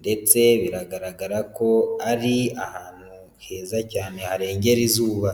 ndetse biragaragara ko ari ahantu heza cyane harengera izuba.